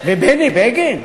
ובני בגין,